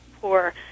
poor